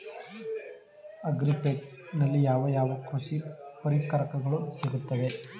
Agri ಪೇಟೆನಲ್ಲಿ ಯಾವ ಯಾವ ಕೃಷಿ ಪರಿಕರಗಳು ಸಿಗುತ್ತವೆ?